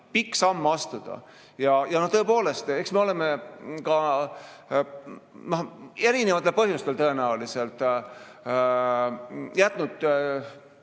pikk samm astuda. Tõepoolest, eks me oleme, erinevatel põhjustel tõenäoliselt, jätnud